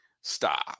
stop